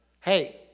Hey